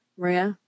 maria